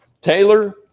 Taylor